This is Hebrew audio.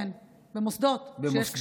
כן, במוסדות שיש בהם קשירה,